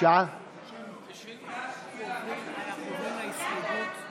אנחנו עוברים לסעיף 2,